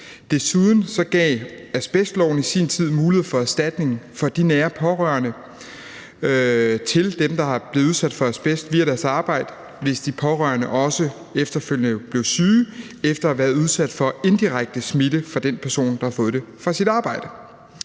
Desuden gav asbestloven i sin tid mulighed for erstatning til de nære pårørende til dem, der er blevet udsat for asbest via deres arbejde, hvis de pårørende også efterfølgende blev syge efter at have været udsat for indirekte smitte fra den person, der havde fået det fra sit arbejde.